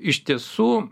iš tiesų